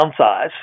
downsize